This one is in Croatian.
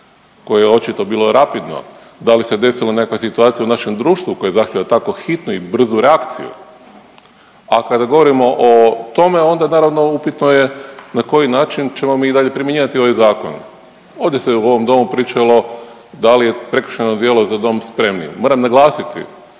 koje je očito bilo rapidno? Da li se desila nekakva situacija u našem društvu koje zahtijeva tako hitnu i brzu reakciju? A kada govorimo o tome, onda naravno, upitno je na koji način ćemo mi i dalje primjenjivati ovaj Zakon. Ovdje se u ovom domu pričalo da li je prekršajno djelo „Za dom spremni“. Moram naglasiti